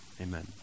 Amen